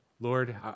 Lord